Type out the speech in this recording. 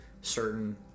certain